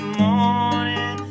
morning